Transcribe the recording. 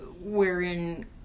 wherein